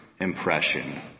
impression